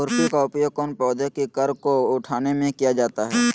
खुरपी का उपयोग कौन पौधे की कर को उठाने में किया जाता है?